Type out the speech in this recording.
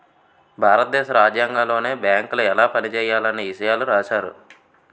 భారత దేశ రాజ్యాంగంలోనే బేంకులు ఎలా పనిజేయాలన్న ఇసయాలు రాశారు